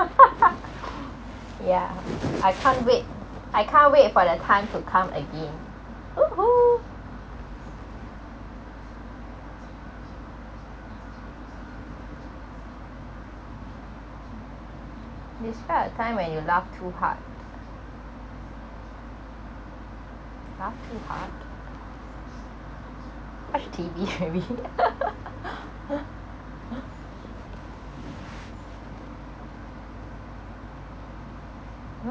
yeah I can't wait I can't wait for the time to come again !woohoo! describe a time when you laugh too hard laugh too hard watch T_V maybe